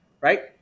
right